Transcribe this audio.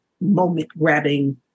moment-grabbing